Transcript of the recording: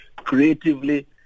creatively